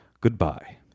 Goodbye